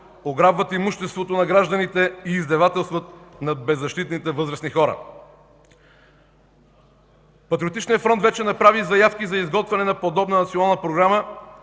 ограбват имуществото на гражданите и издевателстват над беззащитните български хора. Патриотичният фронт вече направи заявки за изготвяне на подобна Национална програма,